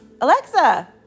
Alexa